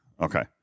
okay